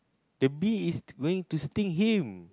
the bees is going to sting him